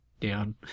down